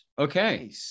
Okay